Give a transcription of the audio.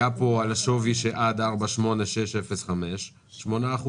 זה היה על שווי של עד 4.8605 8%,